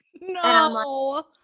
No